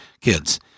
kids